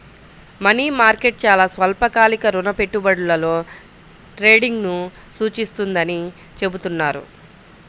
money market చాలా స్వల్పకాలిక రుణ పెట్టుబడులలో ట్రేడింగ్ను సూచిస్తుందని చెబుతున్నారు